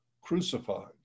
crucified